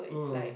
mm